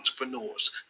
entrepreneurs